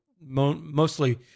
mostly